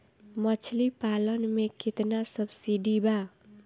मछली पालन मे केतना सबसिडी बा?